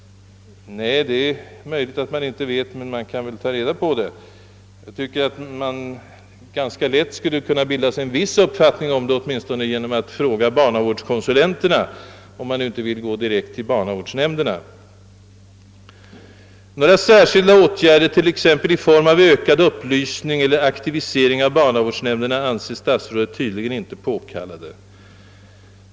Ja, det är möjligt att man inte känner till detta, men man kan väl ta reda på saken. Jag tycker att man ganska lätt skulle kunna bilda sig en viss uppfattning i frågan genom att fråga barnavårdskonsulenterna, om man nu inte vill gå direkt till barnavårdsnämnderna. Några särskilda åtgärder, t.ex. i form av ökad upplysning eller aktivisering av barnavårdsnämnderna, anser statsrådet tydligen inte påkallade.